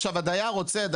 עכשיו הדייר רוצה,